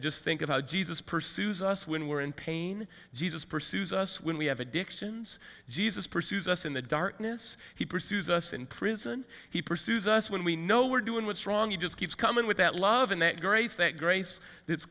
just think of how jesus pursues us when we're in pain jesus pursues us when we have addictions jesus pursues us in the darkness he pursues us in prison he pursues us when we know we're doing what's wrong he just keeps coming with that love and that grace that grace that's